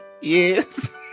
Yes